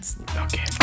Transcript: Okay